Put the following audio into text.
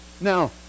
Now